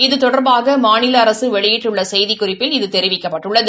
இது தொடாபாக மாநில அரசு வெளியிட்டுள்ள செய்திக்குறிப்பில் இது தெரிவிக்கப்பட்டுள்ளது